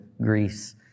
Greece